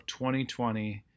2020